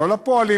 לא לפועלים,